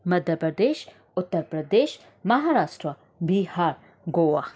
Madhya Pradesh Uttar Pradesh Maharashtra Bihar Goa